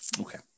Okay